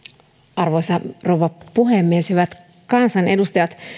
arvoisa rouva puhemies hyvät kansanedustajat